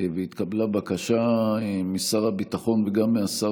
והתקבלה בקשה משר הביטחון וגם מהשר